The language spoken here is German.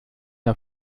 der